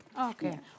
okay